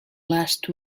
last